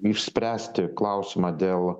išspręsti klausimą dėl